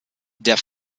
der